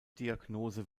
diagnose